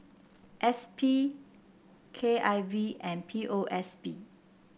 S P K I V and P O S B